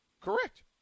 Correct